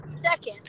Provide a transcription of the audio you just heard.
second